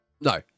No